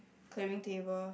clearing table